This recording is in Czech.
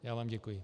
Já vám děkuji.